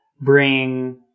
bring